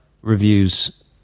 reviews